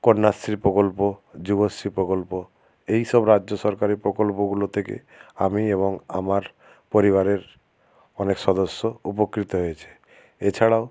কন্যাশ্রী প্রকল্প যুবশ্রী প্রকল্প এইসব রাজ্য সরকারের প্রকল্পগুলো থেকে আমি এবং আমার পরিবারের অনেক সদস্য উপকৃত হয়েছে এছাড়াও